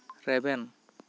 ᱨᱮᱵᱮᱱ